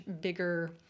bigger